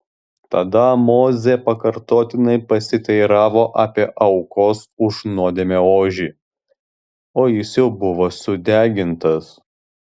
tada mozė pakartotinai pasiteiravo apie aukos už nuodėmę ožį o jis jau buvo sudegintas